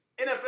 NFL